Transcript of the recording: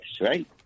right